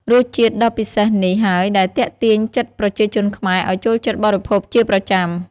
រសជាតិដ៏ពិសេសនេះហើយដែលទាក់ទាញចិត្តប្រជាជនខ្មែរឲ្យចូលចិត្តបរិភោគជាប្រចាំ។